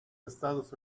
estados